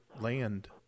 land